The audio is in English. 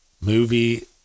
movie